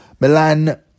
Milan